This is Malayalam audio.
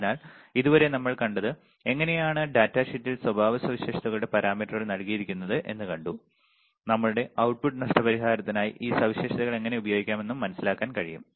അതിനാൽ ഇതുവരെ നമ്മൾ കണ്ടത് എങ്ങനെയാണ് ഡാറ്റാ ഷീറ്റിൽ സ്വഭാവസവിശേഷതകളുടെ പാരാമീറ്ററുകൾ നൽകിയിരിക്കുന്നത് എന്ന് കണ്ടു നമ്മളുടെ output നഷ്ടപരിഹാരത്തിനായി ഈ സവിശേഷതകൾ എങ്ങനെ ഉപയോഗിക്കാമെന്ന് മനസിലാക്കാൻ കഴിയും